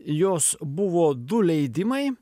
jos buvo du leidimai